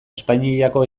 espainiako